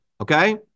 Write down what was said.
okay